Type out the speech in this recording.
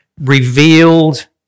revealed